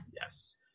Yes